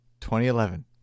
2011